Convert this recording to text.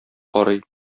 карый